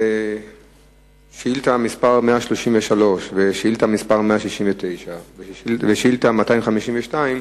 שאילתות מס' 133, 169 ו-252,